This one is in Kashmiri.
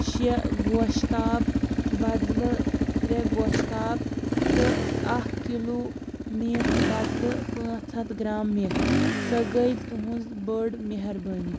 شےٚ گۄشتاب بَدلہٕ ترٛےٚ گۄشتاب تہٕ اَکھ کِلوٗ میتھٕ بَدلہٕ پانٛژھ ہَتھ گرٛام مِتھ سۄ گٔے تُہٕنٛز بٔڑ مہربٲنی